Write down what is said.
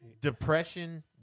Depression